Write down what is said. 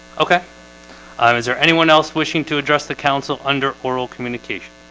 okay um is there anyone else wishing to address the council under oral communication?